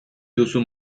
duzu